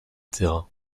terrain